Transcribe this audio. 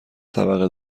طبقه